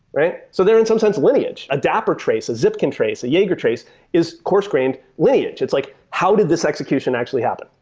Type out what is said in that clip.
so they're in some sense of lineage? a dapper trace, a zipkin trace, a yeager trace is coarse grained lineage. it's like how did this execution actually happened?